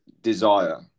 desire